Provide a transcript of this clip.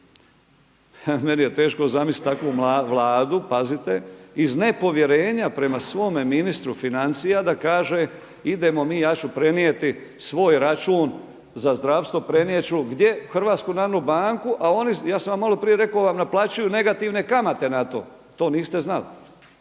Meni je teško zamisliti takvu Vladu, pazite iz nepovjerenja prema svome ministru financija da kaže idemo mi, ja ću prenijeti svoj račun za zdravstvo prenijet ću gdje? U Hrvatsku narodnu banku, a oni, ja sam vam malo prije rekao vam naplaćuju negativne kamate na to. To niste znali.